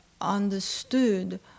understood